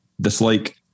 Dislike